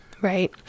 right